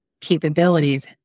capabilities